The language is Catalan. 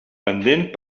pendent